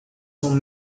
são